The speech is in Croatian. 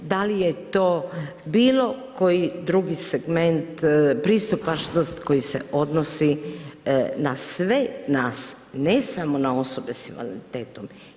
Da li je to bilo koji drugi segment pristupačnost koji se odnosi na sve nas, ne samo na osobe s invaliditetom.